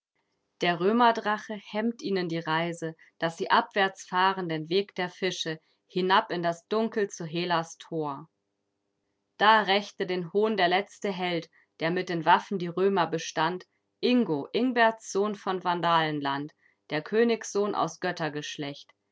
der römerdrache hemmt ihnen die reise daß sie abwärtsfahren den weg der fische hinab in das dunkel zu helas tor da rächte den hohn der letzte held der mit den waffen die römer bestand ingo ingberts sohn von vandalenland der königsohn aus